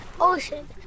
ocean